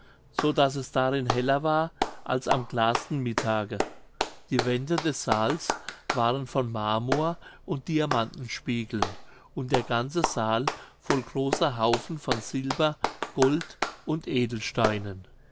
so daß es darin heller war als am klarsten mittage die wände des saals waren von marmor und diamantenspiegeln und der ganze saal voll großer haufen von silber gold und edelsteinen